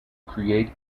create